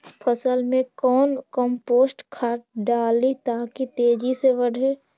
फसल मे कौन कम्पोस्ट खाद डाली ताकि तेजी से बदे?